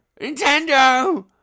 Nintendo